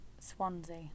Swansea